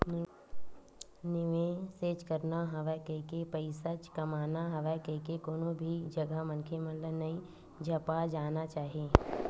निवेसेच करना हवय कहिके, पइसाच कमाना हवय कहिके कोनो भी जघा मनखे मन ल नइ झपा जाना चाही